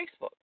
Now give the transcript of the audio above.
Facebook